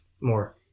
more